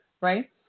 right